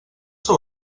sou